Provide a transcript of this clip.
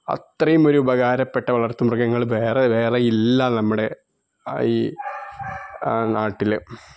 അത്രയും ഒരു ഉപകാരപ്പെട്ട വളര്ത്തു മൃഗങ്ങൾ വേറെ വേറെയില്ല നമ്മുടെ ആ ഈ നാട്ടിൽ